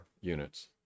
units